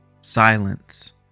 Silence